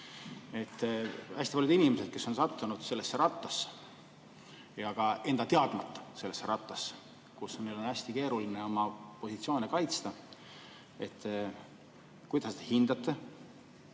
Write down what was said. Hästi paljud inimesed, kes on sattunud sellesse rattasse, ka enda teadmata sellesse rattasse, kus neil on hästi keeruline oma positsioone kaitsta, siis kuidas te hindate